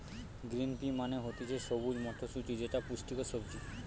green pea মানে হতিছে সবুজ মটরশুটি যেটা পুষ্টিকর সবজি